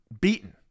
beaten